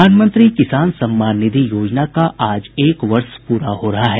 प्रधानमंत्री किसान सम्मान निधि योजना का आज एक वर्ष पूरा हो रहा है